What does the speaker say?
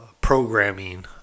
programming